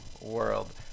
world